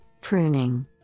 Pruning